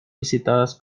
visitadas